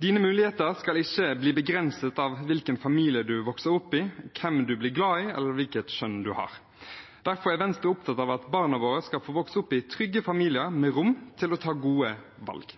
Mulighetene dine skal ikke bli begrenset av hvilken familie du vokser opp i, hvem du blir glad i, eller hvilket kjønn du har. Derfor er Venstre opptatt av at barna våre skal få vokse opp i trygge familier med rom til å ta gode valg.